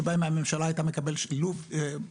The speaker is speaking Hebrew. שבהם הממשלה הייתה מקבלת 80%,